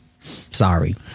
Sorry